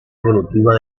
evolutiva